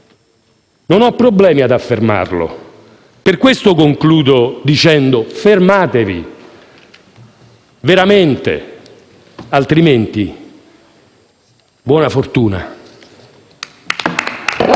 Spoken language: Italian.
Non ho problemi ad affermarlo. Per questo concludo dicendo: fermatevi veramente. Altrimenti, vi auguro buona fortuna.